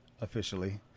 officially